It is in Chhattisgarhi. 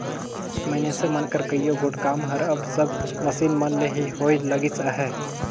मइनसे मन कर कइयो गोट काम हर अब सब मसीन मन ले ही होए लगिस अहे